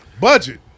Budget